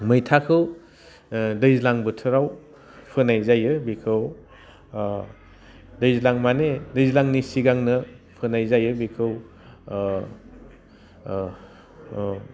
मैथाखौ दैज्लां बोथोराव फोनाय जायो बिखौ दैज्लां माने दैज्लांनि सिगांनो फोनाय जायो बिखौ